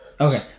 Okay